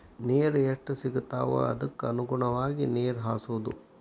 ನೇರ ಎಷ್ಟ ಸಿಗತಾವ ಅದಕ್ಕ ಅನುಗುಣವಾಗಿ ನೇರ ಹಾಸುದು